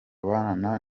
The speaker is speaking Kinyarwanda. abana